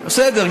בסדר,